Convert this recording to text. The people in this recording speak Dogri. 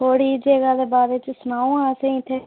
थोह्ड़ी जगह दे बारे च सनाओ हां असेंगी इत्थै